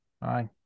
Bye